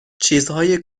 چیزهای